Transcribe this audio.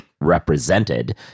represented